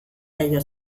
jaio